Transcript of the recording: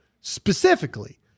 specifically